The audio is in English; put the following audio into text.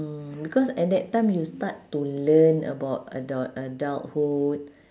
mm because at that time you start to learn about adult adulthood